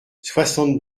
soixante